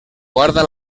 guarda